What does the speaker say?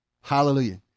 Hallelujah